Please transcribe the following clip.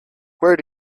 where